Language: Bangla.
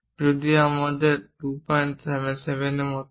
যদি এটি আমাদের 277 এর মতো হয়